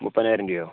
മുപ്പതിനായിരം രൂപയോ